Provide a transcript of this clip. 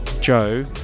Joe